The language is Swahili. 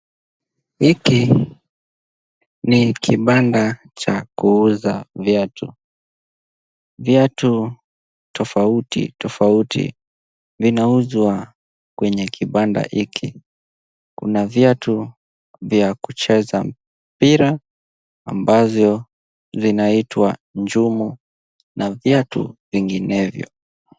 Hiki ni kibanda cha kuuza viatu. Viatu tofauti tofauti vinauzwa kwenye kibanda hiki. Kuna viatu vya kucheza mpira ambavyo vinaitwa njumu na viatu vinginevyo.